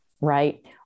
right